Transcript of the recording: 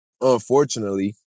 unfortunately